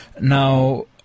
Now